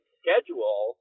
schedule